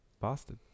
Bastard